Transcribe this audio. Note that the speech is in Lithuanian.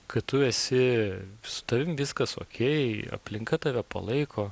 kad tu esi su tavim viskas okei aplinka tave palaiko